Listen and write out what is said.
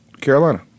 Carolina